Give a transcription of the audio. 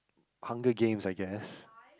Hunger Games I guess